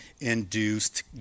induced